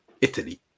Italy